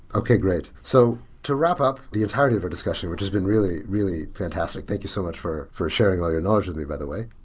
okay, great. so to wrap up the entirety of our discussion, which has been really, really fantastic. thank you so much for for sharing all your knowledge with me by the way.